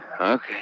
Okay